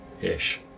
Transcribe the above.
ish